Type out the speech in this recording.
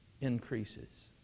increases